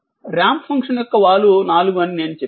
ramp function యొక్క వాలు 4 అని నేను చెప్పాను